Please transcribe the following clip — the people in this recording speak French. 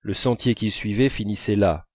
le sentier qu'il suivait finissant là